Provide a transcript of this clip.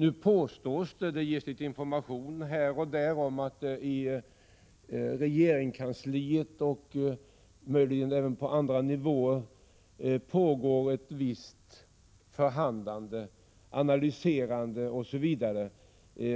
Nu påstås att det i regeringskansliet och möjligen även på andra nivåer pågår ett visst förhandlande om och analyserande